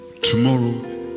tomorrow